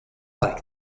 like